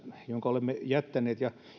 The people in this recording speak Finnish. jonka olemme jättäneet ja